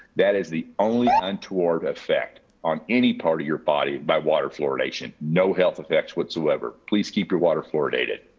that is the only untoward effect on any part of your body by water fluoridation. no health effects whatsoever. please keep your water fluoridated.